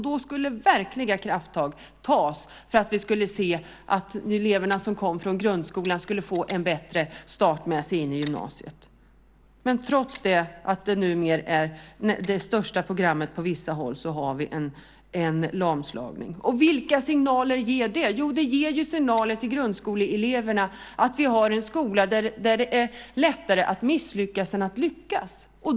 Då skulle verkliga krafttag tas för att vi skulle se att eleverna som kom från grundskolan skulle få en bättre start och kunskap med sig in i gymnasiet. Trots att det numera är det största programmet på vissa håll har vi en lamslagning. Vilka signaler ger det? Det ger signalen till grundskoleeleverna att vi har en skola där det är lättare att misslyckas än att lyckas.